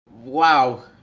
Wow